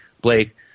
blake